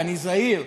ואני זהיר,